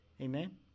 Amen